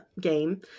game